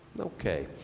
Okay